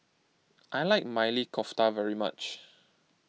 I like Maili Kofta very much